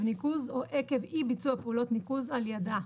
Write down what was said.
ניקוז או עקב אי-ביצוע פעולות ניקוז על ידה".